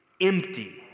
empty